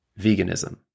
veganism